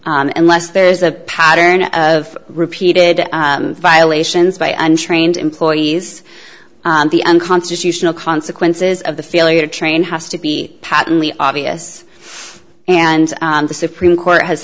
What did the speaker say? and less there's a pattern of repeated violations by untrained employees and the unconstitutional consequences of the failure train has to be patently obvious and the supreme court has